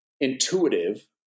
intuitive